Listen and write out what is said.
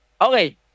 Okay